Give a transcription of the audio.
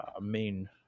main